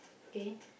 K